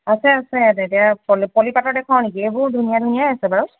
আছে আছে তেতিয়া পলি পলিপাটৰ দেখুৱাও নেকি সেইবোৰ ধুনীয়া ধুনীয়াই আছে বাৰু